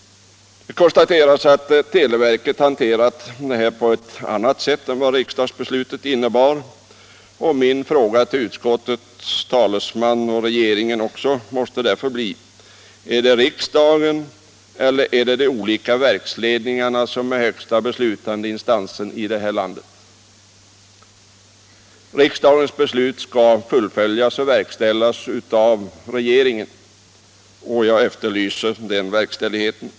Utskottet fastslår att televerket hanterat frågan på annat sätt än vad riksdagsbeslutet innebar. Min fråga till utskottets talesman och även regeringen blir därför: Är det riksdagen eller de olika verksledningarna som är högsta beslutande instans här i landet? Riksdagens beslut skall verkställas av regeringen. Jag efterlyser den verkställigheten.